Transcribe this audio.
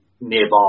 nearby